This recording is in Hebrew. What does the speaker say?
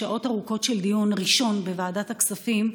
שעות ארוכות של דיון ראשון בוועדת הכספים,